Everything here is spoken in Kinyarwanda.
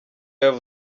paul